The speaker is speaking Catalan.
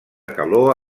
calor